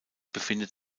befindet